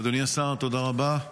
אדוני השר, תודה רבה.